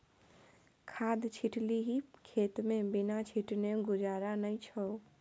खाद छिटलही खेतमे बिना छीटने गुजारा नै छौ